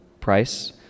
price